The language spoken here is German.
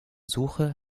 suche